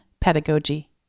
pedagogy